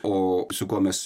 o su kuo mes